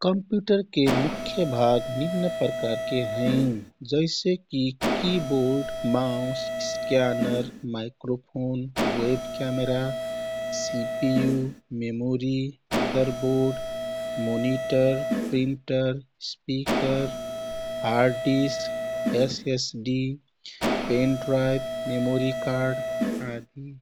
कम्पुटरके मुख्य भाग निम्न प्रकारके हैँ। जैसेकि keyboard, mouse, scanner, microphone, web camera, CPU., memory, mother board, monitor, printer, speaker, hard disk, SSD, pen drive, memory card आदि।